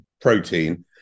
protein